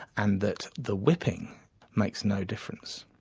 and that the whipping makes no difference.